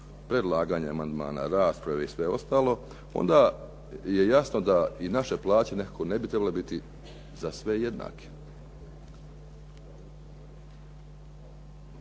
predlaganje amandmana, rasprave i sve ostalo, onda je jasno da i naše plaće nekako ne bi trebale biti za sve jednake.